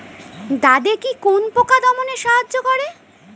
দাদেকি কোন পোকা দমনে সাহায্য করে?